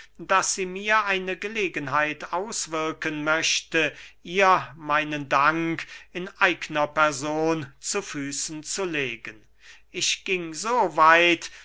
daß sie mir eine gelegenheit auswirken möchte ihr meinen dank in eigner person zu füßen zu legen ich ging